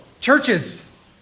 churches